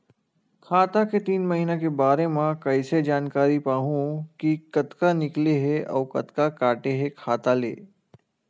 खाता के तीन महिना के बारे मा कइसे जानकारी पाहूं कि कतका निकले हे अउ कतका काटे हे खाता ले?